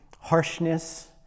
harshness